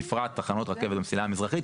בפרט תחנות רכבת במסילה המזרחית,